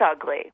ugly